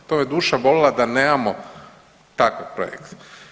To me duša bolila da nemamo takav projekt.